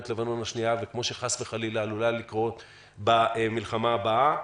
לבנון השנייה וכמו שחס וחלילה עלולה לקרות במלחמה הבאה,